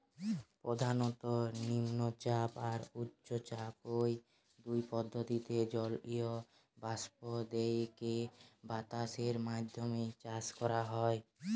প্রধানত নিম্নচাপ আর উচ্চচাপ, ঔ দুই পদ্ধতিরে জলীয় বাষ্প দেইকি বাতাসের মাধ্যমে চাষ করা হয়